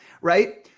right